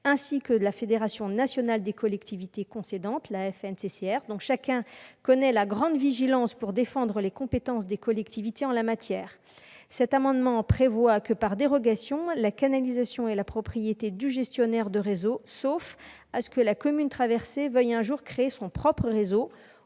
celui de la fédération nationale des collectivités concédantes, la FNCCR, dont chacun connaît la grande vigilance pour défendre les compétences des collectivités en la matière. Cet amendement tend à prévoir que, par dérogation, la canalisation est la propriété du gestionnaire de réseaux, sauf à ce que la commune traversée veuille un jour créer son propre réseau,